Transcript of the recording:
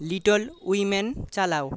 little Women চালাও